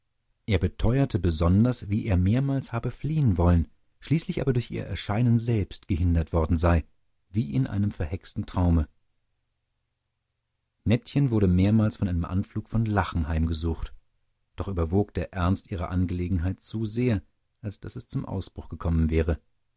er beteuerte besonders wie er mehrmals habe fliehen wollen schließlich aber durch ihr erscheinen selbst gehindert worden sei wie in einem verhexten traume nettchen wurde mehrmals von einem anflug von lachen heimgesucht doch überwog der ernst ihrer angelegenheit zu sehr als daß es zum ausbruch gekommen wäre